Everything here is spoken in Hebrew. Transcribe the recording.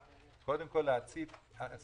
כאשר יש לנו מעט